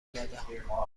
دادم